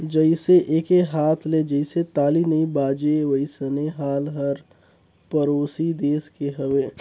जइसे एके हाथ ले जइसे ताली नइ बाजे वइसने हाल हर परोसी देस के हवे